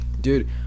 Dude